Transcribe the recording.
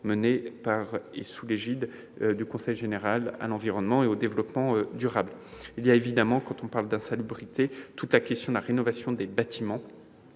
menés actuellement sous l'égide du Conseil général de l'environnement et du développement durable. Bien évidemment, quand on parle d'insalubrité, il faut évoquer la question de la rénovation des bâtiments.